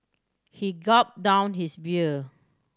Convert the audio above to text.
he gulp down his beer